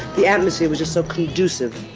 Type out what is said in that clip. the atmosphere was just so conducive